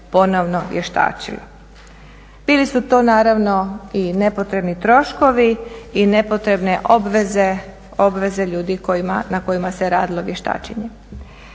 ponovno vještačila. Bili su to naravno i nepotrebni troškovi, i nepotrebne obveze ljudi na kojima se radilo vještačenje.